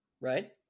right